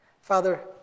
Father